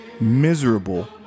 Miserable